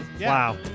Wow